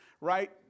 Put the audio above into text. Right